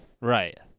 Right